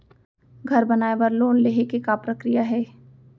घर बनाये बर लोन लेहे के का प्रक्रिया हे?